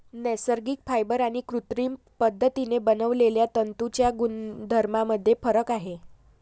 नैसर्गिक फायबर आणि कृत्रिम पद्धतीने बनवलेल्या तंतूंच्या गुणधर्मांमध्ये फरक आहे